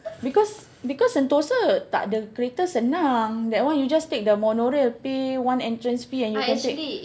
because because Sentosa tak ada kereta senang that one you just take the monorail pay one entrance fee and you can take